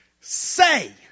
Say